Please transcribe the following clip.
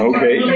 Okay